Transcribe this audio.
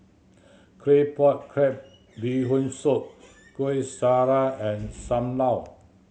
Claypot Crab Bee Hoon Soup Kueh Syara and Sam Lau